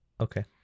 Okay